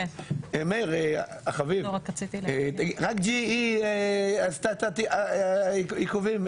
מאיר, רק GE עשתה את העיכובים?